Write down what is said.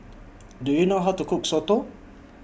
Do YOU know How to Cook Soto